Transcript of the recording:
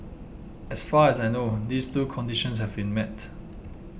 as far as I know these two conditions have been met